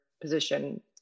position